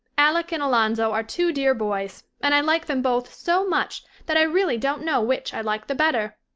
alec and alonzo are two dear boys, and i like them both so much that i really don't know which i like the better.